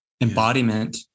embodiment